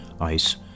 ice